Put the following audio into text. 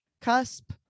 cusp